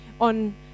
on